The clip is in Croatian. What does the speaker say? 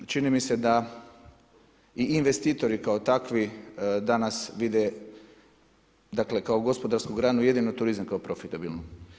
Čini mi se da i investitori kao takvi danas vide kao gospodarsku granu jedino turizam kao profitabilnu.